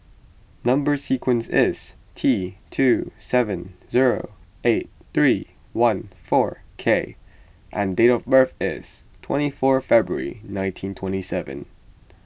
Number Sequence is T two seven zero eight three one four K and date of birth is twenty four February nineteen twenty seven